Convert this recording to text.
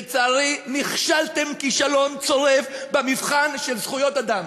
לצערי, נכשלתם כישלון צורב במבחן של זכויות האדם.